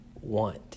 want